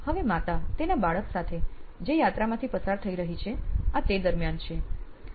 હવે માતા તેના બાળક સાથે જે યાત્રામાંથી પસાર થઇ રહી છે આ તે દરમિયાન છે